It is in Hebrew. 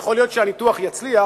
יכול להיות שהניתוח יצליח